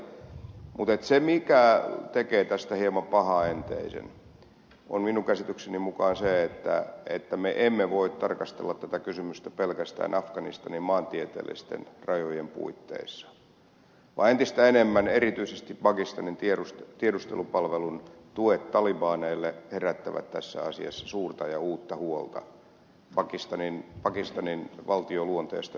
mutta se mikä tekee tästä hieman pahaenteisen on minun käsitykseni mukaan se että me emme voi tarkastella tätä kysymystä pelkästään afganistanin maantieteellisten rajojen puitteissa vaan entistä enemmän erityisesti pakistanin tiedustelupalvelun tuet talibaneille herättävät tässä asiassa suurta ja uutta huolta pakistanin valtion luonteesta johtuen